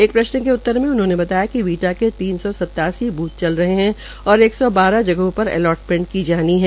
एक प्रश्न के उत्तर में उन्होंने बताया कि वीटा के तीन सौ सतासी ब्थ चल रहे है और एक सौ बारह जगहों पर अलॉट की जानी है